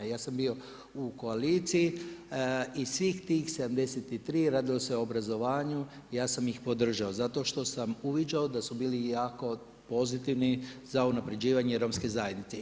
Ja sam bio u koaliciji i svih tih 73 radilo se o obrazovanju ja sam ih podržao, zato što sam uviđao da su bili jako pozitivni za unapređivanje romske zajednice.